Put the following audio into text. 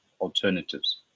alternatives